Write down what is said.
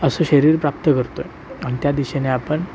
असं शरीर प्राप्त करतो आहे आणि त्या दिशेने आपण